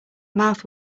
mouth